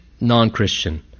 non-Christian